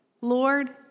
Lord